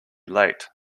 late